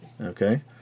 Okay